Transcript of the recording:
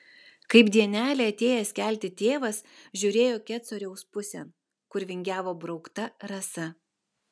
kaip dienelė atėjęs kelti tėvas žiūrėjo kecoriaus pusėn kur vingiavo braukta rasa